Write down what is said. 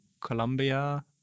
colombia